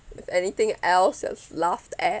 if anything else just laughed at